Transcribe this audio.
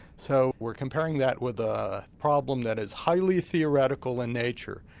so we're comparing that with a problem that is highly theoretical in nature,